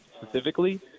specifically